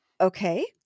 okay